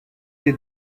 des